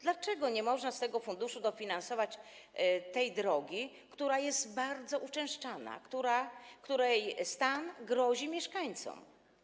Dlaczego nie można z tego funduszu dofinansować tej drogi, która jest bardzo uczęszczana, której stan grozi mieszkańcom?